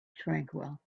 tranquil